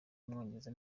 w’umwongereza